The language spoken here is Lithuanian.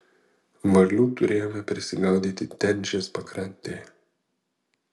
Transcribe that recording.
varlių turėjome prisigaudyti tenžės pakrantėje